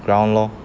ground lor